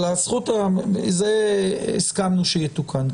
אבל הזכות, זה הסכמנו שיתוקן.